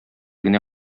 генә